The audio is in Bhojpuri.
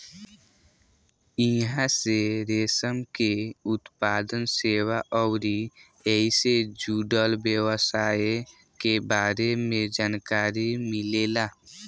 इहां से रेशम के उत्पादन, सेवा अउरी ऐइसे जुड़ल व्यवसाय के बारे में जानकारी मिलेला